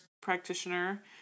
practitioner